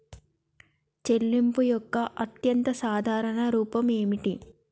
చెల్లింపు యొక్క అత్యంత సాధారణ రూపం ఏమిటి?